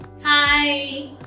hi